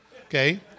Okay